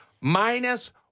Minus